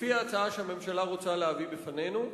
לפי ההצעה שהממשלה רוצה להביא בפנינו,